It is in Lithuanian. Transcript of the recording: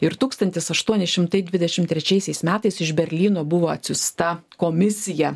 ir tūkstantis aštuoni šimtai dvidešim trečiaisiais metais iš berlyno buvo atsiųsta komisija